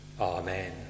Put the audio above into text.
Amen